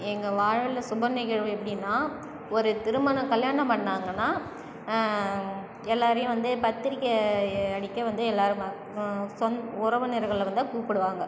எங்கள் வாழ்வில் சுப நிகழ்வு எப்படின்னா ஒரு திருமணம் கல்யாணம் பண்ணாங்கன்னா எல்லாரையும் வந்து பத்திரிக்கை அடிக்க வந்து எல்லாரும் சொந்த உறவினர்களதான் கூப்பிடுவாங்க